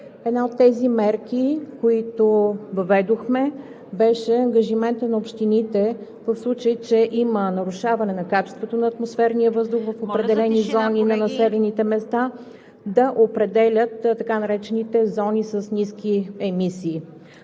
Една от тези мерки, които въведохме, беше ангажиментът на общините, в случай че има нарушаване на качеството на атмосферния въздух в определени зони на населените места, да определят така наречените зони с ниски емисии.